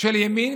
של הימין,